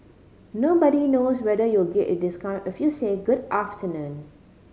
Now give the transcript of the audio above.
nobody knows whether you'll get a discount if you say good afternoon